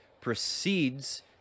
precedes